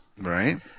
Right